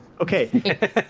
Okay